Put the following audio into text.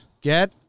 get